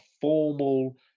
formal